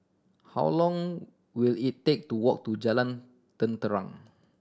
how long will it take to walk to Jalan Terentang